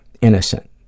innocent